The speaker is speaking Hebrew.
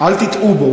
אל תטעו בו,